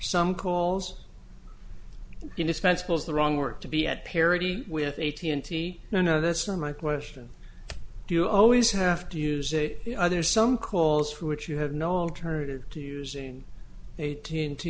some calls indispensable is the wrong word to be at parity with a t n t no no that's not my question do you always have to use it the other some calls for which you have no alternative to using eighteen to